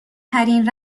ترین